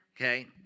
Okay